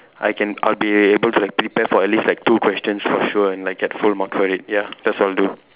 I can I'd be able to like to prepare for at least like two questions for sure and like get full marks for it ya that's what I'll do